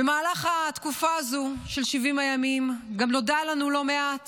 במהלך התקופה הזו של 70 הימים גם נודע לנו לא מעט